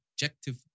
objective